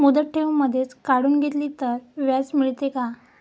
मुदत ठेव मधेच काढून घेतली तर व्याज मिळते का?